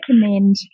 recommend